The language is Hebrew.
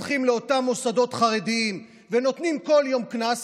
אם היו הולכים לאותם מוסדות חרדיים ונותנים כל יום קנס,